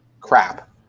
crap